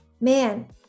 man